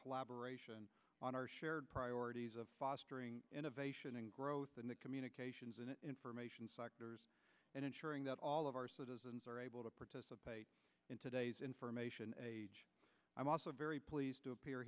collaboration on our shared priorities of fostering innovation and growth in the communications and information and ensuring that all of our citizens are able to participate in today's information age i'm also very pleased to appear